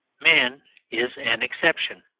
man is an exception,